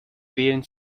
wählen